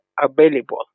available